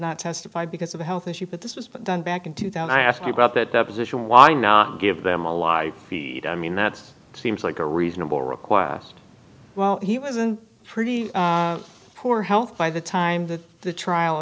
not testify because of a health issue but this was done back in two thousand i ask you about that deposition why not give them a live feed i mean that's seems like a reasonable request well he wasn't pretty poor health by the time that the trial